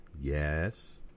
Yes